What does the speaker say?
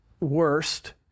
worst